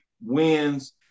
wins